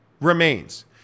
remains